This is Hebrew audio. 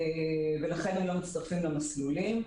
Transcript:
ולכן הם לא מצטרפים למסלולים,